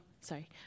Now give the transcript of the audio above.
sorry